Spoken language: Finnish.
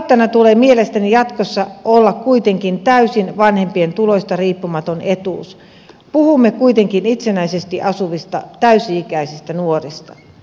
tavoitteena tulee mielestäni jatkossa olla kuitenkin täysin vanhempien tuloista riippumaton etuus puhumme kuitenkin itsenäisesti asuvista täysi ikäisistä nuorista